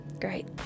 Great